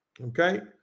Okay